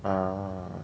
ah